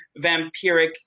vampiric